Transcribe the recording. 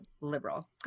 liberal